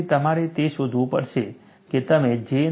તેથી તમારે એ શોધવું પડશે કે તમે J